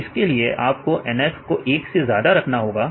तो इसके लिए आपको NF को एक से ज्यादा रखना होगा